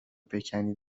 بکنی